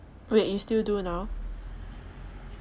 wait you still do now